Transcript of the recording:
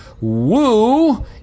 Woo